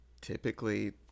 typically